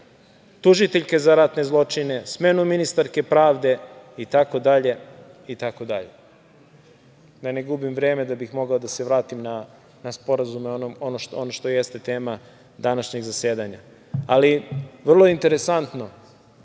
tužiteljke za ratne zločine, smenu ministarke pravde itd. Da ne gubim vreme, da bih mogao da se vratim na sporazume i na ono što jeste tema današnjeg zasedanja, ali vrlo je interesantno,